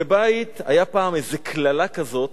בבית, היתה פעם איזה קללה כזאת,